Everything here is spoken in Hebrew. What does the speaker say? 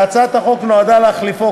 שהצעת החוק נועדה להחליפו,